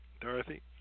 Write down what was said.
Dorothy